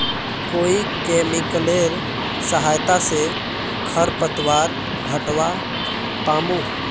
कोइ केमिकलेर सहायता से खरपतवार हटावा पामु